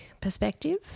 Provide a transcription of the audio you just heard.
perspective